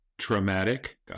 traumatic